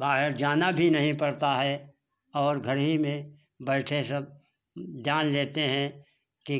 बाहर जाना भी नहीं पड़ता है और घर ही में बैठे सब जान लेते हैं कि